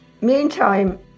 Meantime